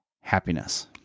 happiness